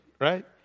right